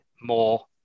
more